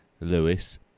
lewis